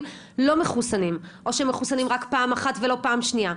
לא מחוסנים או שהם מחוסנים רק פעם אחת ולא פעם שנייה.